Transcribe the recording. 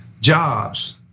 jobs